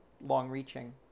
long-reaching